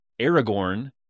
Aragorn